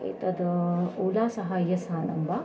एतद् ओला सहायं स्थानं वा